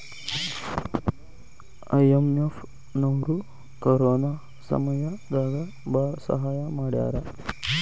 IMF ನವ್ರು corona ಸಮಯ ದಾಗ ಭಾಳ ಸಹಾಯ ಮಾಡ್ಯಾರ